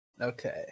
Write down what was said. Okay